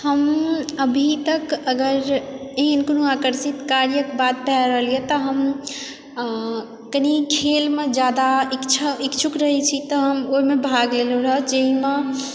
हम अभी तक अगर एहन कोनो आकर्षित कार्यके बात भए रहल यऽ तऽ हम कनी खेलमे जादा इच्छा इच्छुक रहैत छी तऽ हम ओहिमे भाग लेलहुँ रहऽ जाहिमे